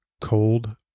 cold